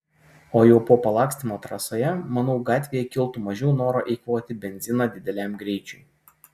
o jau po palakstymo trasoje manau gatvėje kiltų mažiau noro eikvoti benziną dideliam greičiui